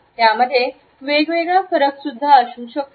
यामध्ये वेगवेगळ्या फरक सुद्धा असू शकतो